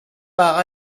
par